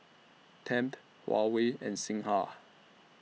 Tempt Huawei and Singha